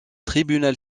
tribunal